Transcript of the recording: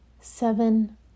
seven